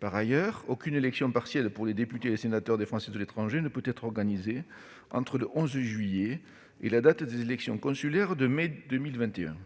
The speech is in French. Par ailleurs, aucune élection partielle pour les députés et les sénateurs des Français de l'étranger ne peut être organisée entre le 11 juillet et la date des élections consulaires de mai 2021.